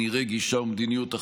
נראה גישה או מדיניות אחרות.